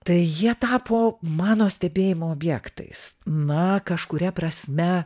tai jie tapo mano stebėjimo objektais na kažkuria prasme